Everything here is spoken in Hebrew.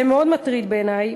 זה מאוד מטריד בעיני,